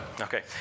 Okay